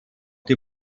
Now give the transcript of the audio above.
die